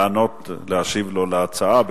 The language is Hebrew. להשיב לו על ההצעה.